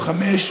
או חמש,